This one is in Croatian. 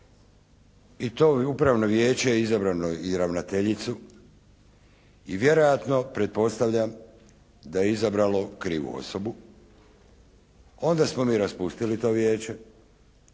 i to Upravno vijeće izabralo je i ravnateljicu i vjerojatno pretpostavljam da je izabralo krivu osobu. Onda smo mi raspustili to vijeće